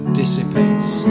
dissipates